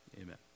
Amen